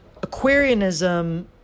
Aquarianism